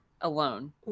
alone